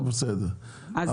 זה בסדר,